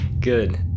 Good